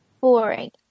boring